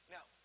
Now